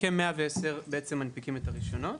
וכ-110 מנפיקים את הרישיונות,